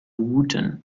wootton